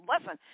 Listen